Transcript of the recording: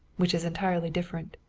which is entirely different.